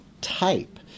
type